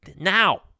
now